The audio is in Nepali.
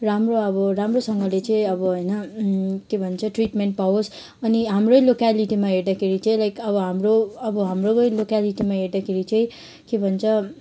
राम्रो अब राम्रोसँगले चाहिँ अब होइन के भन्छ ट्रिटमेन्ट पाओस् अनि हाम्रै लोकालिटीमा हेर्दाखेरि चाहिँ लाइक अब हाम्रो अब हाम्रै लोकालिटीमा हेर्दाखेरि चाहिँ के भन्छ